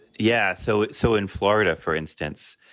yeah. so. so in florida, for instance,